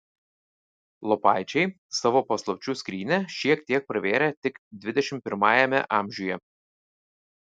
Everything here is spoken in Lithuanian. lopaičiai savo paslapčių skrynią šiek tiek pravėrė tik dvidešimt pirmajame amžiuje